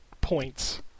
points